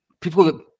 People